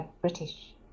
British